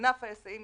וענף ההיסעים,